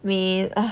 we are